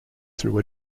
through